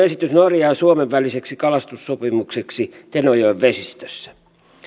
esitys norjan ja suomen väliseksi kalastussopimukseksi tenojoen vesistössä